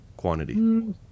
quantity